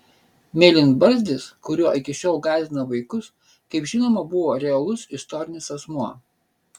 mėlynbarzdis kuriuo iki šiol gąsdina vaikus kaip žinoma buvo realus istorinis asmuo